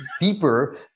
deeper